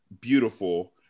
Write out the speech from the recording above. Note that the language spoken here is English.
beautiful